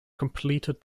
completed